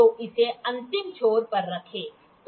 तो इसे अंतिम छोर पर रखें